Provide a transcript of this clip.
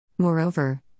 Moreover